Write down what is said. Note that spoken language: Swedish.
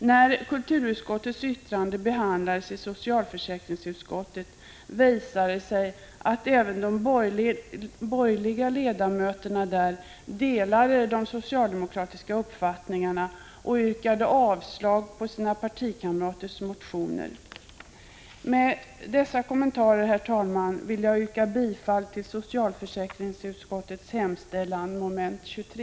När kulturutskottets yttrande behandlades i socialförsäkringsutskottet visade det sig att även de borgerliga ledamöterna där delade de socialdemokratiska uppfattningarna och yrkade avslag på sina partikamraters motioner. Med dessa kommentarer, herr talman, vill jag yrka bifall till socialförsäkringsutskottets hemställan mom. 23.